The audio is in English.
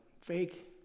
fake